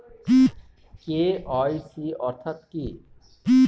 KYC অর্থ কি?